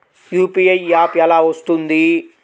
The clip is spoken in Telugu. యూ.పీ.ఐ యాప్ ఎలా వస్తుంది?